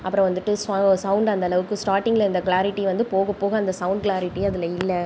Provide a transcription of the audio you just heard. அப்புறம் வந்துட்டு சவுண்ட் அந்தளவுக்கு ஸ்டார்டிங்கில் இருந்த கிளாரிட்டி வந்து போக போக அந்த சவுண்ட் கிளாரிட்டி அதில் இல்லை